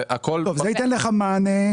זה הכל --- זה ייתן לך מענה,